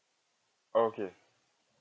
okay